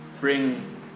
bring